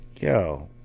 yo